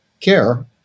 care